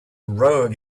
rogue